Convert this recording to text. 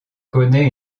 connait